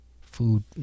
food